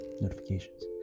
notifications